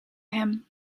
hem